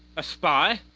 a spy?